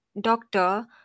doctor